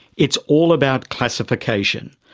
it's all about classification.